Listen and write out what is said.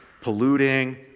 polluting